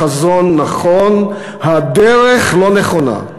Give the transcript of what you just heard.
החזון נכון, הדרך לא נכונה.